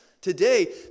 today